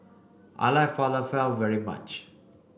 I like Falafel very much